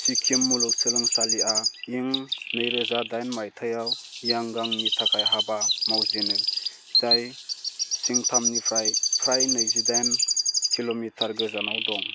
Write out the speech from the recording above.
सिक्किम मुलुगसोलोंसालिआ इं नैरोजा दाइन माइथायाव यांगांनि थाखाय हाबा मावजेनो जाय सिंटामनिफ्राय फ्राय नैजिदाइन किल'मिटर गोजानाव दं